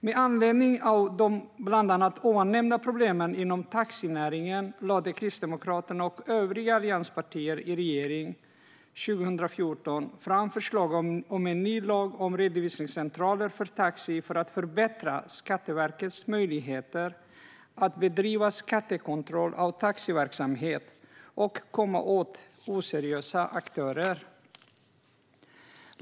Med anledning av problemen inom taxinäringen lade Kristdemokraterna och övriga allianspartier i regeringen 2014 fram förslag om en ny lag om redovisningscentraler för taxi för att förbättra Skatteverkets möjligheter att bedriva skattekontroll av taxiverksamhet och komma åt oseriösa aktörer.